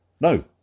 No